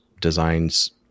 designs